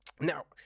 now